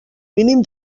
mínim